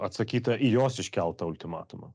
atsakyta į jos iškeltą ultimatumą